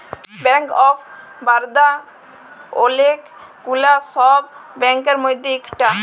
bank of Baroda ওলেক গুলা সব ব্যাংকের মধ্যে ইকটা